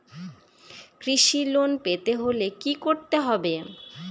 কৃষি লোন পেতে হলে কি করতে হবে?